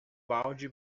balde